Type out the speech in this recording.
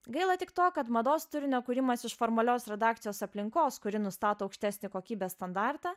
gaila tik to kad mados turinio kūrimas iš formalios redakcijos aplinkos kuri nustato aukštesnį kokybės standartą